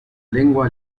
lengua